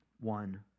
one